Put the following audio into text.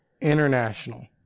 International